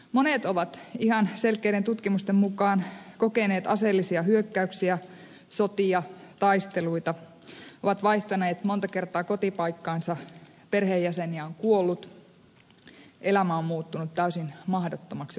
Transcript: monet ovat ihan selkeiden tutkimusten mukaan kokeneet aseellisia hyökkäyksiä sotia taisteluita ovat vaihtaneet monta kertaa kotipaikkaansa perheenjäseniä on kuollut elämä on muuttunut täysin mahdottomaksi omassa kotimaassa